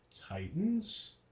Titans